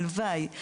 הלוואי,